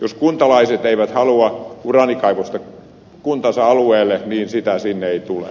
jos kuntalaiset eivät halua uraanikaivosta kuntansa alueelle niin sitä sinne ei tule